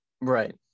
Right